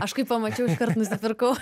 aš kai pamačiau iškart nusipirkau